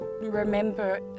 remember